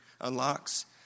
unlocks